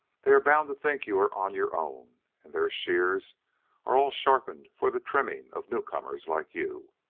they are bound to think you are on your own, and their shears are all sharpened for the trimming of newcomers like you.